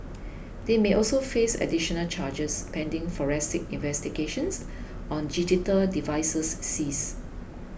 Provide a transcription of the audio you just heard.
they may also face additional charges pending forensic investigations on digital devices seized